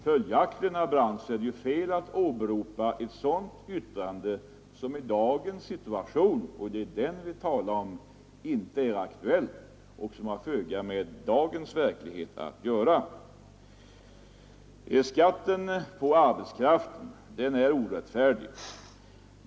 Följaktligen, herr Brandt, är det fel att åberopa ett yttrande som i dagens situation — och det är den vi talar om — inte är aktuellt och som har föga med dagens verklighet att göra. Skatten på arbetskraft är orättfärdig.